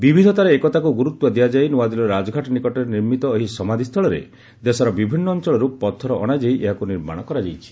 ବିବିଧତାରେ ଏକତାକୁ ଗୁରୁତ୍ୱ ଦିଆଯାଇ ନ୍ତଆଦିଲ୍ଲୀର ରାଜଘାଟ ନିକଟରେ ନିର୍ମିତ ଏହି ସମାଧିସ୍ଥଳରେ ଦେଶର ବିଭିନ୍ନ ଅଞ୍ଚଳରୁ ପଥର ଅଣାଯାଇ ଏହାକୁ ନିର୍ମାଣ କରାଯାଇଛି